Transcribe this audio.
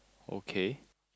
okay